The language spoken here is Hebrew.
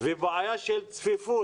ובשל כך קיימת בעיה של צפיפות,